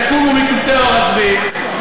יקומו מכיסא עור הצבי,